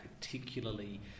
particularly